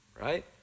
right